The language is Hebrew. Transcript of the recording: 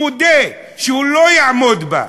הוא מודה שהוא לא יעמוד בהן.